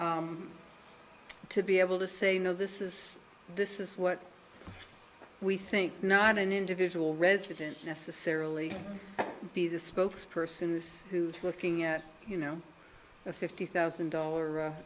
down to be able to say no this is this is what we think not an individual resident necessarily be the spokes person who's who's looking at you know a fifty thousand dollar